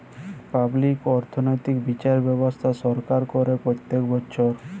public অর্থনৈতিক্যে বিচার ব্যবস্থা সরকার করে প্রত্যক বচ্ছর